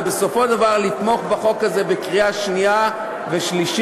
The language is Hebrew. ובסופו של דבר לתמוך בחוק הזה בקריאה שנייה ושלישית.